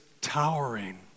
towering